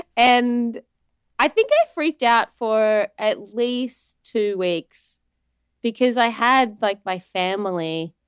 and i think i freaked out for at least two weeks because i had like my family